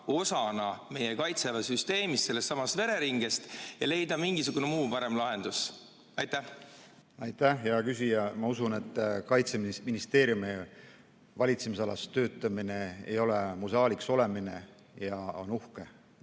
osana meie Kaitseväe süsteemist, sellestsamast vereringest, ja leida mingisugune muu, parem lahendus? Aitäh, hea küsija! Ma usun, et Kaitseministeeriumi valitsemisalas töötamine ei ole museaaliks olemine ja et see